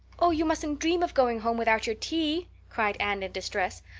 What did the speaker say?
oh, you mustn't dream of going home without your tea, cried anne in distress.